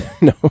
No